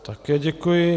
Také děkuji.